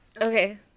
okay